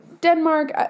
Denmark